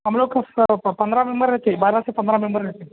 ہم لوگ پندرہ ممبر رہتے بارہ سے پندرہ ممبر رہتے